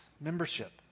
membership